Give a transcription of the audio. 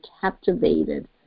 captivated